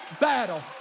battle